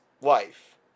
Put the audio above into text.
life